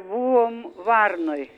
buvom varnoj